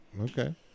Okay